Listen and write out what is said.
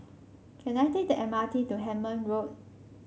can I take the M R T to Hemmant Road